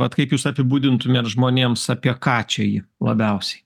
vat kaip jūs apibūdintumėt žmonėms apie ką čia ji labiausiai